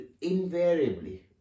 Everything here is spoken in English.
invariably